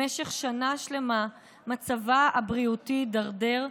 במשך שנה שלמה מצבה הבריאותי הידרדר,